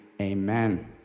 Amen